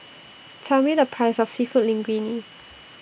Tell Me The Price of Seafood Linguine